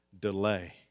delay